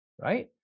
right